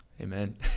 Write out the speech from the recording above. Amen